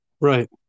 Right